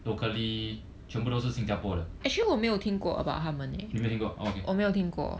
locally 全部都是新加坡的你没有听过 orh okay